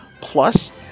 plus